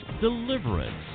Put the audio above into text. deliverance